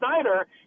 Snyder